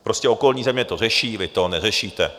Prostě okolní země to řeší, vy to neřešíte.